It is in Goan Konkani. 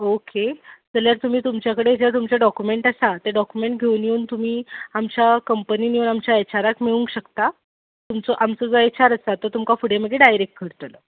ओके जाल्यार तुमी तुमच्या कडेम जे तुमचे डॉक्युमेंट आसा ते डॉक्युमेंट घेवन येवन तुमी आमच्या कंपनीन येवन आमच्या एचआराक मेळूंक शकतात तुमचो आमचो जो एचआर आसा तो तुमकां फुडें मागीर डायरेक्ट करतलो